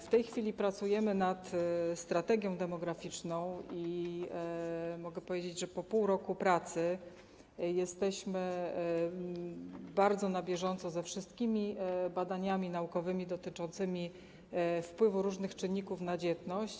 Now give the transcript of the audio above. W tej chwili pracujemy nad strategią demograficzną i mogę powiedzieć, że po pół roku pracy jesteśmy bardzo na bieżąco ze wszystkimi badaniami naukowymi dotyczącymi wpływu różnych czynników na dzietność.